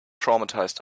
traumatized